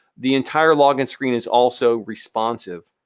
the entire login screen is also responsive.